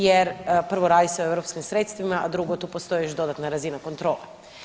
Jer prvo radi se o europskim sredstvima, a drugo tu postoji još dodatna razina kontrole.